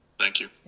thank you.